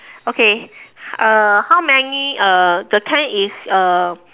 okay uh how many uh the tank is uh